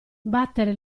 battere